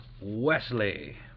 Wesley